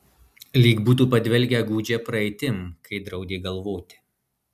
lyg būtų padvelkę gūdžia praeitim kai draudė galvoti